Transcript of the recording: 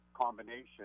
combination